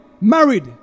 married